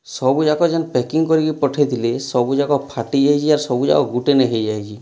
ସବୁଯାକ ଯେନ୍ ପ୍ୟାକିଙ୍ଗ୍ କରିକି ପଠାଇ ଥିଲି ସବୁଯାକ ଫାଟି ଯାଇଛି ଆର୍ ସବୁଯାକ ଗୁଟେ ନେ ହେଇଯାଇଛି